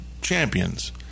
champions